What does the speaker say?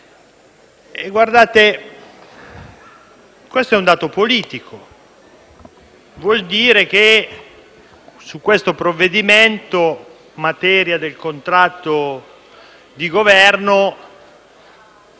Guardate, questo è un dato politico: vuol dire che su questo provvedimento, materia del contratto di Governo,